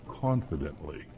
confidently